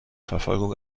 verfolgung